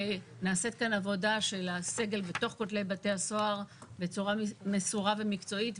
ונעשית כאן עבודה של הסגל בתוך כותלי בתי הסוהר בצורה מסורה ומקצועית,